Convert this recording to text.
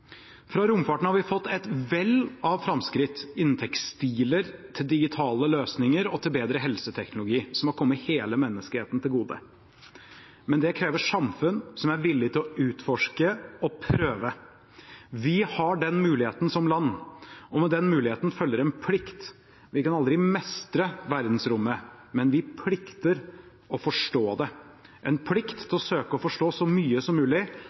Fra romfarten har vi fått et vell av framskritt innen tekstiler, digitale løsninger og bedre helseteknologi, som har kommet hele menneskeheten til gode. Men det krever samfunn som er villig til å utforske og prøve. Vi har den muligheten som land, og med den muligheten følger en plikt. Vi kan aldri mestre verdensrommet, men vi plikter å forstå det – plikter å søke å forstå så mye som mulig